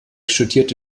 studierte